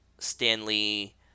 Stanley